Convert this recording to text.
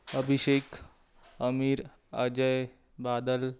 Abhishek Amir Ajay Badal